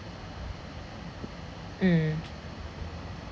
mm